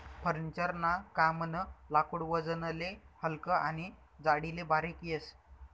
furniture ना कामनं लाकूड वजनले हलकं आनी जाडीले बारीक येस